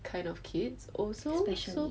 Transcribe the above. kind of kids also so